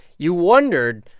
you wondered,